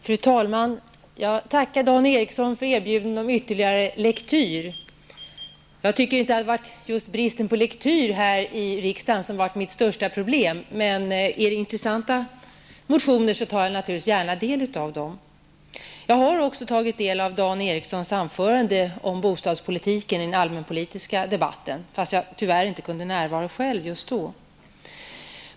Fru talman! Jag tackar Dan Eriksson för erbjudandet om ytterligare lektyr. Jag tycker inte att brist på lektyr har varit mitt största problem, men är det intressanta motioner, tar jag naturligtvis gärna del av dem. Jag har också tagit del av Dan Erikssons anförande om bostadspolitiken i den allmänpolitiska debatten, fast jag tyvärr inte kunde närvara själv just då.